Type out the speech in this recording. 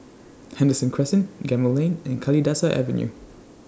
Henderson Crescent Gemmill Lane and Kalidasa Avenue